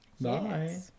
bye